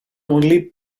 only